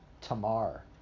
Tamar